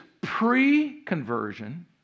pre-conversion